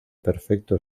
perfecto